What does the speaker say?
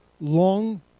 long